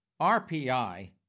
RPI